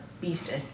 beastie